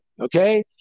okay